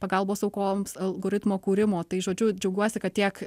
pagalbos aukoms algoritmo kūrimo tai žodžiu džiaugiuosi kad tiek